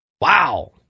Wow